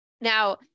Now